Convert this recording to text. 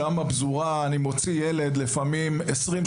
שם הפזורה אני מוציא ילד לפעמים 20,